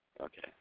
Okay